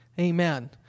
Amen